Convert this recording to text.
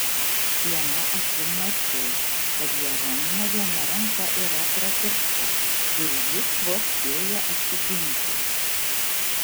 viena akim mačiau kad jeronimo viena ranka yra prakirsta ir jis vos spėja atsiginti